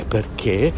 Perché